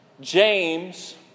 James